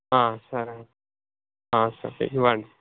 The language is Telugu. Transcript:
సరే సరే ఇవ్వండి